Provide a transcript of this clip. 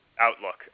outlook